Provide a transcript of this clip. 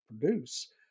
produce